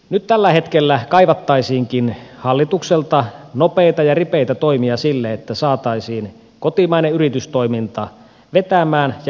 nyt tällä hetkellä kaivattaisiinkin hallitukselta nopeita ja ripeitä toimia jotta saataisiin kotimainen yritystoiminta vetämään ja investointeja suomeen